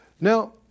Now